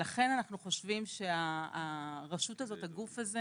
לכן אנחנו חושבים שהרשות הזאת, הגוף הזה